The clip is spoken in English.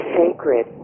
sacred